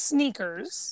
Sneakers